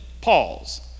Paul's